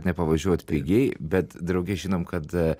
nepavažiuot pigiai bet drauge žinom kad